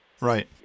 Right